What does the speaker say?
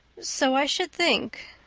so i should think,